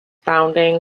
bounding